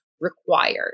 required